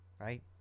right